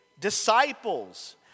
disciples